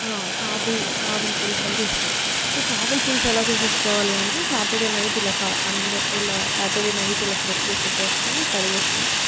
చేపల చేపల పులుసు అంటే ఇష్టం సో చేపల పులుసు ఎలా చేసేసుకోవాలంటే సాటర్డే నైట్ ఇలా అందరూ ఎలా సాటర్డే నైట్ ఎలా ఫ్రెష్గా తెచ్చేసుకుని కడిగేసుకుని